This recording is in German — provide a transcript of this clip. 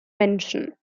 menschen